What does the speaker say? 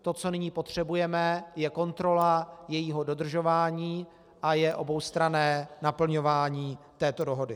To, co nyní potřebujeme, je kontrola jejího dodržování a oboustranné naplňování této dohody.